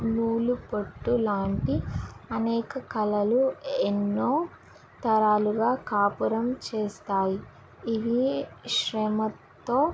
మూలు పొట్టు లాంటి అనేక కళలు ఎన్నో తరాలుగా కాపురం చేస్తాయి ఇవి శ్రమతో